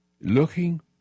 looking